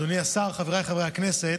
אדוני השר, חבריי חברי הכנסת,